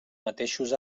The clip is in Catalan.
mateixos